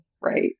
right